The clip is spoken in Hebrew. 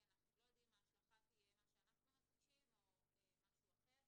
כי אנחנו לא יודעים אם ההשלכה תהיה מה שאנחנו מבקשים או משהו אחר,